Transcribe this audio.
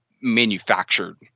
manufactured